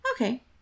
okay